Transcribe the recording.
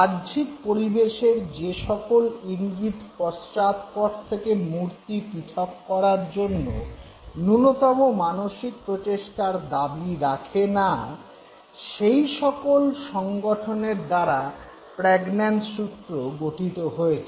বাহ্যিক পরিবেশের যে সকল ইঙ্গিত পশ্চাৎপট থেকে মূর্তি পৃথক করার জন্য ন্যূনতম মানসিক প্রচেষ্টার দাবি রাখে না সেই সকল সংগঠনের দ্বারা প্র্যাগন্যানজ সূত্র গঠিত হয়েছে